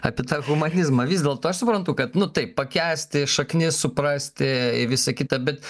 apie tą humanizmą vis dėlto aš suprantu kad nu taip pakęsti šaknis suprasti visa kita bet